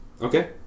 Okay